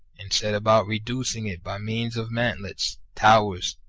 and set about reducing it by means of mantlets, towers,